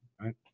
Right